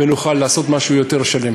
ונוכל לעשות משהו יותר שלם.